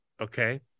okay